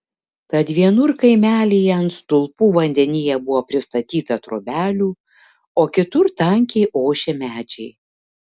tad vienur kaimelyje ant stulpų vandenyje buvo pristatyta trobelių o kitur tankiai ošė medžiai